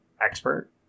expert